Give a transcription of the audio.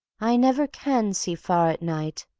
i never can see far at night,